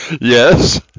Yes